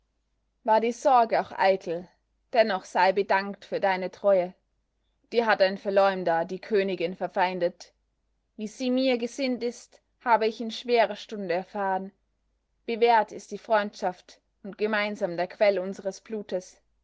war die sorge auch eitel dennoch sei bedankt für deine treue dir hat ein verleumder die königin verfeindet wie sie mir gesinnt ist habe ich in schwerer stunde erfahren bewährt ist die freundschaft und gemeinsam der quell unseres blutes